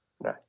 No